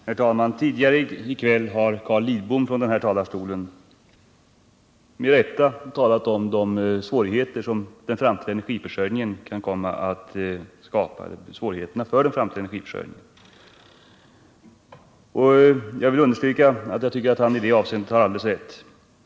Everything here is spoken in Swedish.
Herr talman! Tidigare i kväll har Carl Lidbom från den här talarstolen med rätta talat om svårigheterna för den framtida energiförsörjningen. Jag vill understryka att jag tycker att han i det avseendet har alldeles rätt.